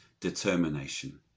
determination